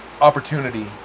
opportunity